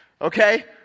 okay